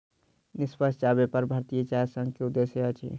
निष्पक्ष चाह व्यापार भारतीय चाय संघ के उद्देश्य अछि